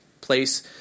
place